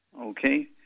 Okay